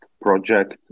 project